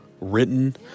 written